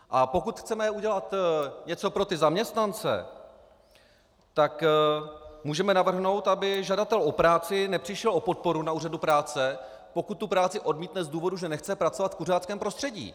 A pokud chceme udělat něco pro ty zaměstnance, tak můžeme navrhnout, aby žadatel o práci nepřišel o podporu na úřadu práce, pokud tu práci odmítne z důvodu, že nechce pracovat v kuřáckém prostředí.